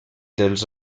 dels